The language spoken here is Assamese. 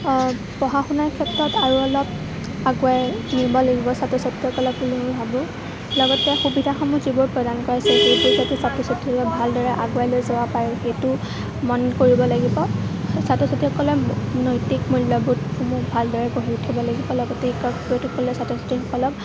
পঢ়া শুনাৰ ক্ষেত্ৰত আৰু অলপ আগুৱাই নিব লাগিব ছাত্ৰ ছাত্ৰীসকলক বুলি মই ভাবোঁ লগতে সুবিধাসমূহ যিবোৰ পালন কৰিছে সেইবোৰ ক্ষেত্ৰত ছাত্ৰ ছাত্ৰীসকলক ভালদৰে আগুৱাই লৈ যাব পাৰোঁ সেইটো মন কৰিব লাগিব ছাত্ৰ ছাত্ৰীসকলৰ নৈতিক মূল্যবোধসমূহ ভালদৰে গঢ়ি উঠিব লাগিব লগতে শিক্ষক শিক্ষয়িত্ৰীসকলে ছাত্ৰ ছাত্ৰীসকলক